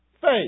faith